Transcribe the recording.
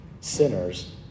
sinners